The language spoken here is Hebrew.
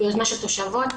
יוזמה של תושבות,